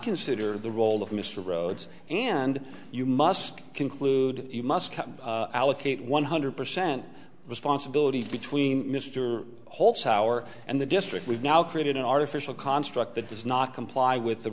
consider the role of mr rhodes and you must conclude you must come allocate one hundred percent responsibility between mr holt our and the district we've now created an artificial construct that does not comply with the